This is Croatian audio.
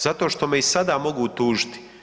Zato što me i sada mogu tužiti.